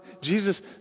Jesus